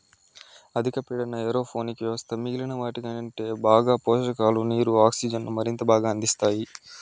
అధిక పీడన ఏరోపోనిక్ వ్యవస్థ మిగిలిన వాటికంటే బాగా పోషకాలు, నీరు, ఆక్సిజన్ను మరింత బాగా అందిస్తాయి